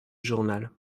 journal